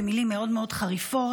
במילים מאוד מאוד חריפות,